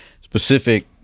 specific